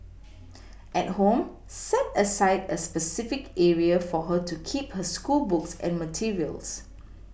at home set aside a specific area for her to keep her schoolbooks and materials